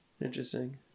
interesting